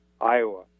Iowa